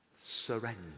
Surrender